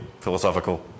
philosophical